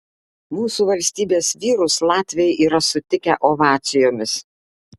mūsų valstybės vyrus latviai yra sutikę ovacijomis